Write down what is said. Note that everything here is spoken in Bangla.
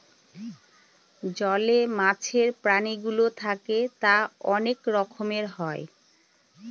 জলে মাছের প্রাণীগুলো থাকে তা অনেক রকমের হয়